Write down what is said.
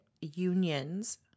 Union's